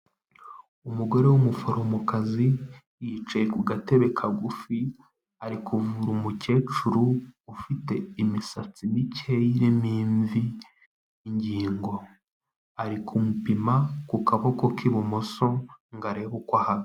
Umugore w'umuforomokazi yicaye ku gatebe kagufi ari kuvura umukecuru ufite imisatsi mike irimo imvi inyingo ari kumupima ku kaboko k'ibumoso ngo arebe uko ahaga.